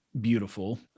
beautiful